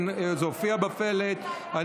אני